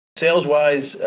Sales-wise